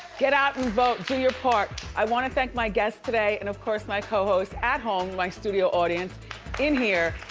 get out and vote, do your part. i wanna thank my guests today and of course, my co-hosts at home and my studio audience in here.